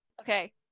Okay